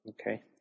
Okay